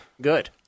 good